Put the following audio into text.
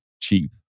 cheap